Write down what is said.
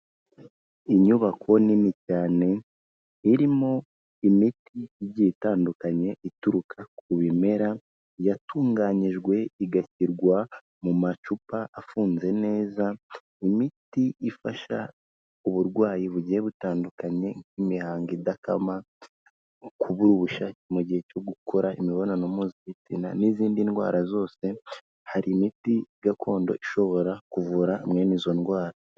Inyubako nini cyane irimo imiti igiye itandukanye ituruka ku bimera, yatunganyijwe igashyirwa mu macupa afunze neza, imiti ifasha uburwayi bugiye butandukanye nk'imihango idakama, kubura ubushake mu gihe cyo gukora imibonano mpuzabitsina n'izindi ndwara zose, hari imiti gakondo ishobora kuvura mwene izo ndwara.